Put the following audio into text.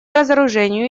разоружению